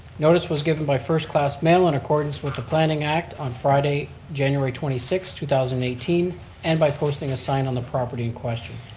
notice was given by first class mail in accordance with the planning act on friday, january twenty six, two thousand and eighteen and by posting a sign on the property in question.